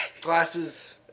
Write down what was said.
Glasses